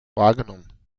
wahrgenommen